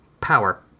Power